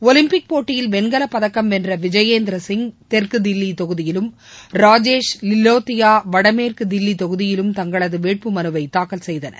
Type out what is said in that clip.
Olympic போட்டியில் வெண்கலப்பதக்கம் வென்ற விஜயேந்திரசிய் தெற்கு தில்லி தொகுதியிலும் ராஜேஷ் லிலோத்தியா வடமேற்கு தில்லி தொகுதியிலும் தங்களது வேட்புமனுவை தாக்கல் செய்தனர்